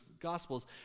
Gospels